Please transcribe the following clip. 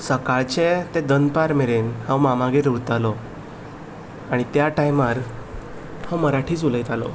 सकाळचें तें दनपार मेरेन हांव मामागेर उरतालो आनी त्या टायमार हांव मराठीच उलयतालों